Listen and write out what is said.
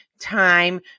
time